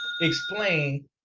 explain